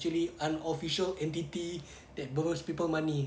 actually unofficial entity that borrows people money